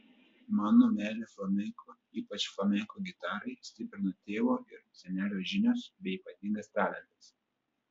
mano meilę flamenko ypač flamenko gitarai stiprino tėvo ir senelio žinios bei ypatingas talentas